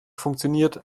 funktioniert